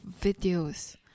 videos